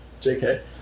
JK